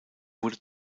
wurde